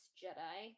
jedi